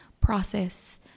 process